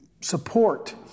support